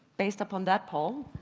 based upon that poll,